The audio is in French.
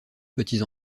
petits